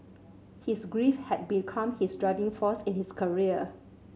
his grief had become his driving force in his career